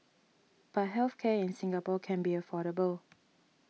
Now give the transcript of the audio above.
but health care in Singapore can be affordable